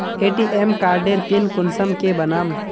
ATM कार्डेर PIN कुंसम के बनाम?